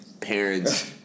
parents